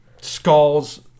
skulls